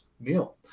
meal